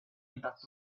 impact